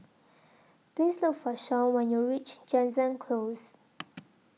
Please Look For Sean when YOU REACH Jansen Close